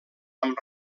amb